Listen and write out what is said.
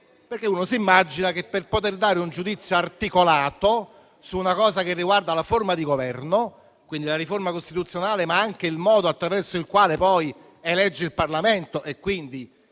a rigor di logica, che per poter esprimere un giudizio articolato su una questione che riguarda la forma di governo (quindi, la riforma costituzionale ma anche il modo attraverso il quale poi si elegge il Parlamento e quindi